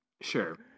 sure